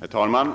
Herr talman!